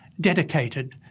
dedicated